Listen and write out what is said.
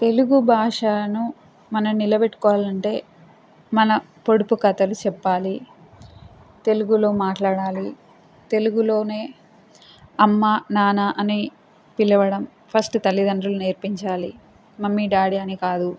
తెలుగు భాషను మనం నిలబెట్టుకోవాలి అంటే మన పొడుపు కథలు చెప్పాలి తెలుగులో మాట్లాడాలి తెలుగులోనే అమ్మా నాన్న అని పిలవడం ఫస్ట్ తల్లిదండ్రులు నేర్పించాలి మమ్మీ డాడీ అని కాదు